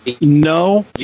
No